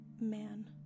man